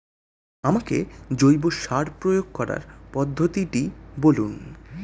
আমাকে জৈব সার প্রয়োগ করার পদ্ধতিটি বলুন?